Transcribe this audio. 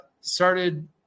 started